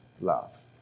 love